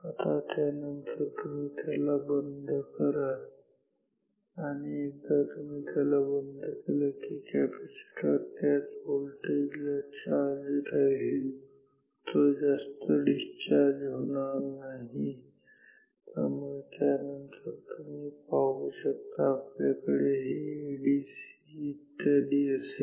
आता त्यानंतर तुम्ही त्याला बंद करा आणि एकदा तुम्ही त्याला बंद केलं की कॅपॅसिटर त्याच व्होल्टेज ला चार्ज राहील तो जास्त डिस्चार्ज होणार नाही आणि त्यामुळे त्यानंतर तुम्ही पाहू शकता आपल्याकडे हे एडीसी इत्यादी असेल